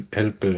help